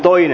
asia